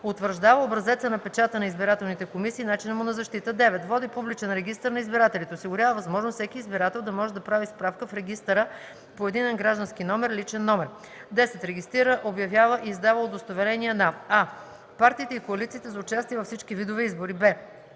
утвърждава образеца на печата на избирателните комисии и начина му на защита; 9. води публичен регистър на избирателите; осигурява възможност всеки избирател да може да прави справка в регистъра по единен граждански номер (личен номер); 10. регистрира, обявява и издава удостоверения на: а) партиите и коалициите за участие във всички видове избори; б)